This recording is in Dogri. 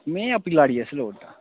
में अपनी लाड़ी आस्तै लोड़दा